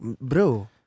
bro